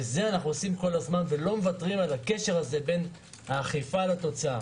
אנחנו עושים את זה כל הזמן ולא מוותרים על הקשר הזה בין האכיפה לתוצאה.